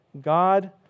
God